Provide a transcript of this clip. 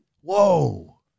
Whoa